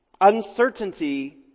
Uncertainty